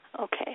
Okay